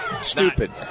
stupid